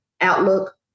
outlook